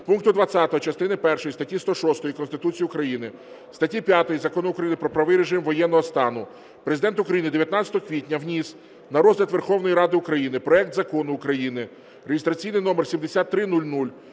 пункту 20 частини першої статті 106 Конституції України, статті 5 Закону України "Про правовий режим воєнного стану" Президент України 19 квітня вніс на розгляд Верховної Ради України проект Закону України (реєстраційний номер 7300)